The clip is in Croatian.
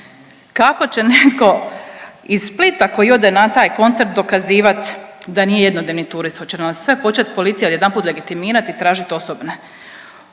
Kako će netko iz Splita koji ode na taj koncert dokazivat da nije jednodnevni turist, hoće li nas sve počet policija odjedanput legitimirat i tražit osobne?